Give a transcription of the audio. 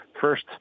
first